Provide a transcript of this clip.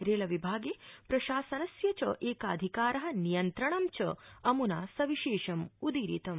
रेलविभागे प्रशासनस्य एकाधिकार नियन्त्रणं च अम्ना सविशेषम् उदीरितम्